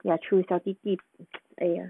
ya true 小弟弟 !aiya!